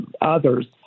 others